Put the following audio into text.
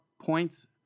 points